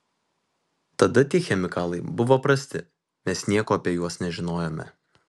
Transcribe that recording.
tada tie chemikalai buvo prasti mes nieko apie juos nežinojome